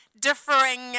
differing